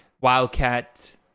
Wildcat